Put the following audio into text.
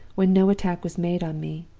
when no attack was made on me.